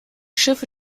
schiffe